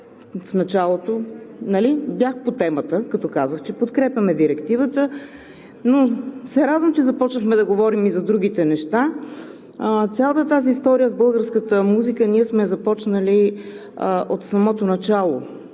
в началото бях по темата, като казах, че подкрепяме Директивата, но се радвам, че започнахме да говорим и за другите неща. Цялата тази история с българската музика ние сме я започнали от самото начало